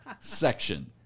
section